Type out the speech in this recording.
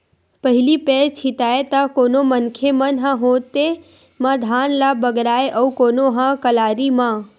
पहिली पैर छितय त कोनो मनखे मन ह हाते म धान ल बगराय अउ कोनो ह कलारी म